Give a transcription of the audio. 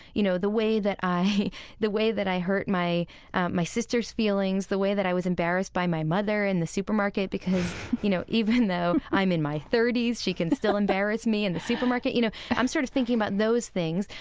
you know, the way that i the way that i hurt my my sister's feelings, the way that i was embarrassed by my mother in the supermarket because, you know, even though i'm in my thirty s, she can still embarrass me in the supermarket. you know, i'm sort of thinking about those things.